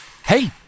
Hey